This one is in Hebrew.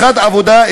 אחד העבודה,